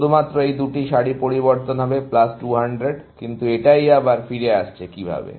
শুধুমাত্র এই দুটি সারি পরিবর্তন হবে প্লাস 200 কিন্তু এটাই আবার ফিরে আসছে কিভাবে